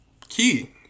key